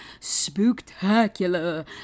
spooktacular